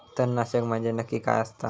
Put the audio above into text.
तणनाशक म्हंजे नक्की काय असता?